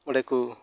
ᱚᱸᱰᱮ ᱠᱩ